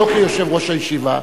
לא כיושב-ראש הישיבה: